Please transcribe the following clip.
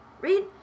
Read